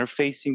interfacing